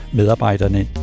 medarbejderne